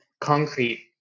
concrete